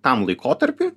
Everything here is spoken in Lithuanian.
tam laikotarpiui